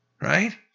Right